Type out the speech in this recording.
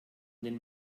den